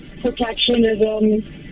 protectionism